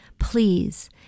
please